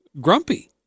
grumpy